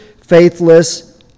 faithless